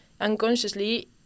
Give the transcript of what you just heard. unconsciously